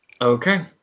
Okay